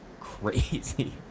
crazy